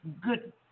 good